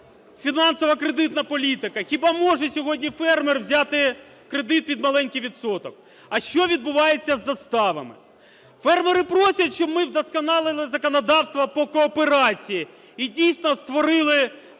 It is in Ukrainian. фінансово-кредитна політика. Хіба може сьогодні фермер взяти кредит під маленький відсоток? А що відбувається з заставами? Фермери просять, щоб ми вдосконалили законодавство по кооперації і дійсно створили таку